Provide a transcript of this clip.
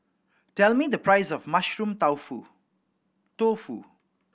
tell me the price of Mushroom Tofu